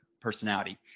personality